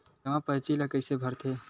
जमा परची ल कइसे भरथे?